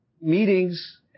Meetings